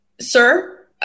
Sir